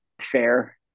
fair